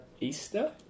Easter